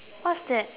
what's that